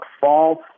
false